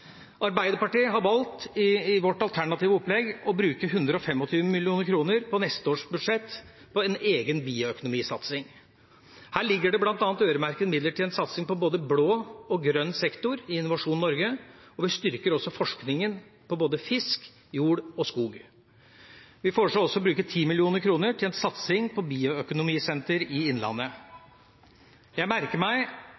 Arbeiderpartiet har valgt i sitt alternative opplegg å bruke 125 mill. kr på neste års budsjett på en egen bioøkonomisatsing. Her ligger det bl. a. øremerkede midler til en satsing på både blå og grønn sektor i Innovasjon Norge, og vi styrker også forskningen på både fisk, jord og skog. Vi foreslår også å bruke 10 mill. kr til satsing på bioøkonomisenter i innlandet. Jeg merker meg